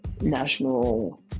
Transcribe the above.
national